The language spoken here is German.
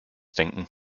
denken